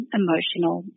emotional